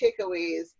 takeaways